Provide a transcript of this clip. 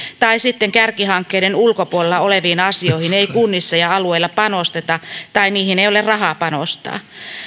tai sitten kärkihankkeiden ulkopuolella oleviin asioihin ei kunnissa ja alueilla panosteta tai niihin ei ole rahaa panostaa